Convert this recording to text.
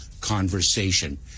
conversation